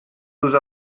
those